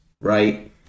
right